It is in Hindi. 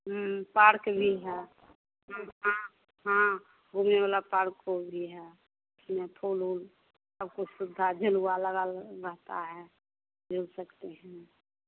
पार्क भी है वहाँ का हाँ वो ही वाला पार्क को ली है इसमें फूल ऊल सब सुविधा झूला लगा रहता है ये सब चीजें हैं